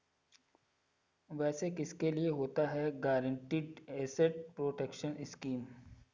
वैसे किसके लिए होता है गारंटीड एसेट प्रोटेक्शन स्कीम?